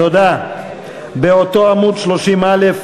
לסעיף 05,